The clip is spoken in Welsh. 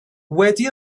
wedi